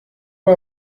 mal